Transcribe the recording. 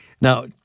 Now